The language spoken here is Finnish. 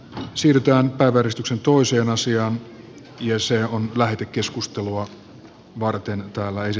hän siirtää pääväristykset uusi asia on jos se on tulee hyviä uutisia